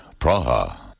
Praha